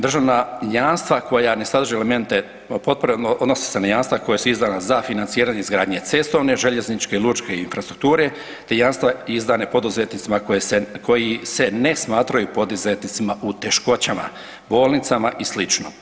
Državna jamstva koja ne sadrže elemente potpore odnosi se na jamstva koja su izdana za financiranje izgradnje cestovne, željezničke i lučke infrastrukture, te jamstva izdane poduzetnicima koji se ne smatraju poduzetnicima u teškoćama bolnicama i slično.